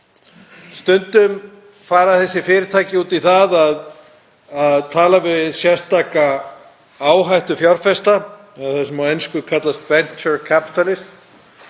Stundum fara þessi fyrirtæki út í það að tala við sérstaka áhættufjárfesta, sem á ensku kallast „venture capitalists“,